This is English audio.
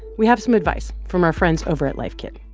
we have some advice from our friends over at life kit.